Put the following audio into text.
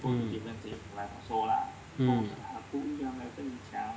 mm mm